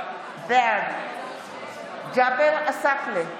בעד ג'אבר עסאקלה,